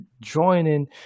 joining